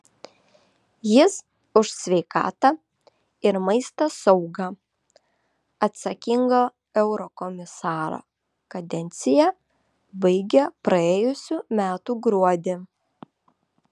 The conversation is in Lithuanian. jis už sveikatą ir maisto saugą atsakingo eurokomisaro kadenciją baigė praėjusių metų gruodį